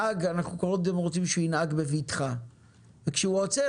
אנחנו רוצים קודם כול שהנהג ינהג בבטחה וכשהוא עוצר